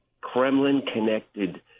Kremlin-connected